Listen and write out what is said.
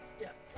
Yes